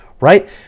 Right